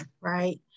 right